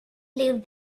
live